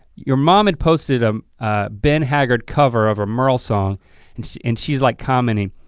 your mom had posted um a ben haggard cover of a merle song and she's and she's like commenting,